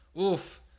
Oof